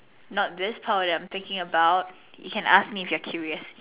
no this power that I'm thinking about you can ask me if you're curious